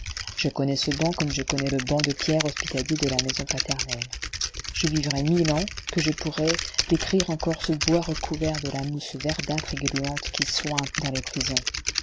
je connais ce banc comme je connais le banc de pierre hospitalier de la maison paternelle je vivrais mille ans que je pourrais décrire encore ce bois recouvert de la mousse verdâtre et gluante qui suinte dans les prisons